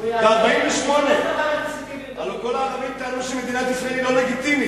הרי ב-1948 כל הערבים טענו שמדינת ישראל היא לא לגיטימית,